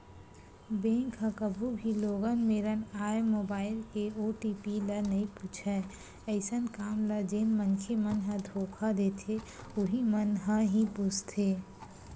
bank ह कभू भी लोगन मेरन आए मोबाईल के ओ.टी.पी ल नइ पूछय अइसन काम ल जेन मनखे मन ह धोखा देथे उहीं मन ह ही पूछथे